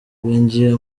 winjiye